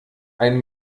ein